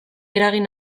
eragin